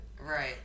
Right